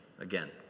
again